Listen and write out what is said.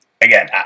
again